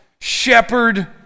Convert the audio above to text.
shepherd